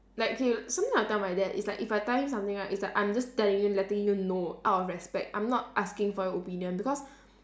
like K something I'll tell my dad is like if I tell him something right is I'm just telling you letting you know out of respect I'm not asking for your opinion because